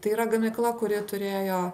tai yra gamykla kuri turėjo